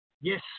yes